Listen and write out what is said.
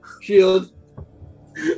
Shield